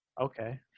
okay